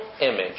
image